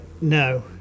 No